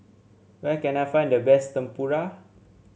where can I find the best Tempura